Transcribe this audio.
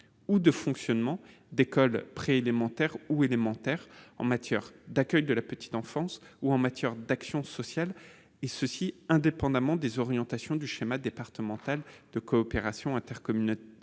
ou de fonctionnement d'écoles préélémentaires ou élémentaires, en matière d'accueil de la petite enfance ou en matière d'action sociale, et ce indépendamment des orientations du schéma départemental de coopération intercommunale